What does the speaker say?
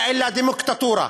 אלא דמוקטטורה.